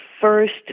first